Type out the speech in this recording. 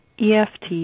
EFT